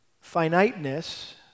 finiteness